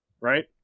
right